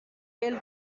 fell